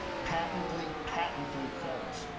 patently, patently false.